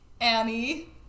Annie